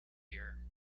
here